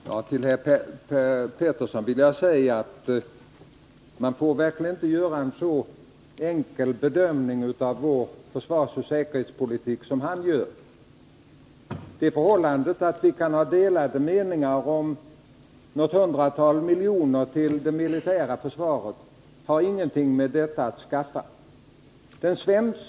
Herr talman! Till Per Petersson vill jag säga att man verkligen inte får göra en så enkel bedömning av vår försvarsoch säkerhetspolitik som han gör. Det förhållandet att vi kan ha delade meningar om något hundratal miljoner till det militära försvaret har ingenting med detta att skaffa.